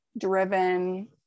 driven